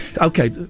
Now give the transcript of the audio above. Okay